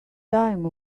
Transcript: time